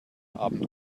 abend